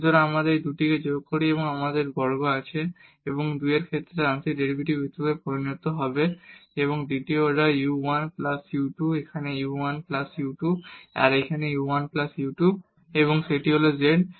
সুতরাং যদি আমরা এই দুটিকে যোগ করি তাহলে আমাদের x বর্গ আছে এবং এটি 2 এর ক্ষেত্রে আংশিক ডেরিভেটিভ হিসাবে পরিণত হবে দ্বিতীয় অর্ডার u 1 প্লাস u 2 এখানে u 1 প্লাস u 2 এবং সেটি হল z